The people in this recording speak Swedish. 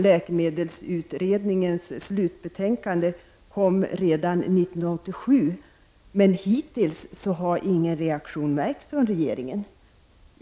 Läkemedelsutredningens slutbetänkande lades fram redan 1987, men hittills har ingen reaktion märkts från regeringen.